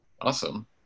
Awesome